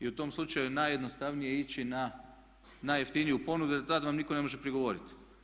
I u tom slučaju je najjednostavnije ići na najjeftiniji ponudu jer tad vam nitko ne može prigovoriti.